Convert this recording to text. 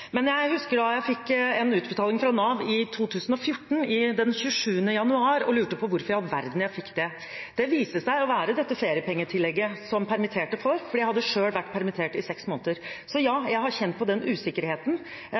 Nav i 2014, den 27. januar, og lurte på hvorfor i all verden jeg fikk det. Det viste seg å være dette feriepengetillegget som permitterte får, for jeg hadde selv vært permittert i seks måneder. Så ja, jeg har kjent på den usikkerheten